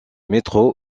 métro